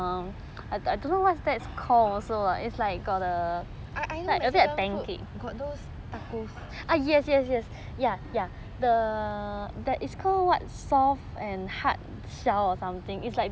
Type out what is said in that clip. I I know mexican food got those tacos